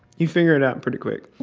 you figure it out pretty quick.